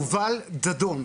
יובל דאדון,